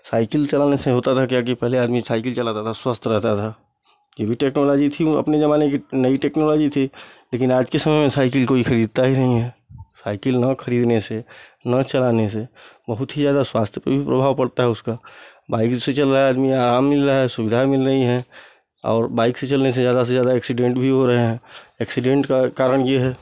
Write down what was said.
cycle चलाने से होता था कि क्या कि पहले आदमी साइकल चलाता था स्वस्थ रहता था ये भी टेक्नोलाॅजी थी अपने ज़माने की नई टेक्नोलाॅजी थी लेकिन आज के समय में साइकल कोइ ख़रीदता ही नहीं है साइकल न ख़रीदने से न चलाने से बहुत ही ज़्यादा स्वास्थ्य पे भी प्रभाव पड़ता है उसका बाइक से चल रहा है आदमी आराम मिल रहा है सुविधा मिल रही है और बाइक से चलने से ज़्यादा से ज़्यादा ऐक्सीडेंट भी हो रहे हैं ऐक्सीडेंट का कारण ये है